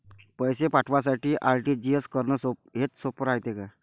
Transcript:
पैसे पाठवासाठी आर.टी.जी.एस करन हेच सोप रायते का?